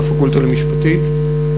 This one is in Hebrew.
בפקולטה למשפטים,